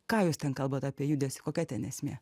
ką jūs ten kalbat apie judesį kokia ten esmė